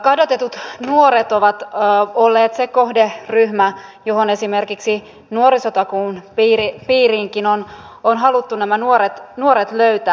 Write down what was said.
kadotetut nuoret ovat olleet se kohderyhmä josta esimerkiksi nuorisotakuun piiriinkin on haluttu nämä nuoret löytää